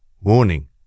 warning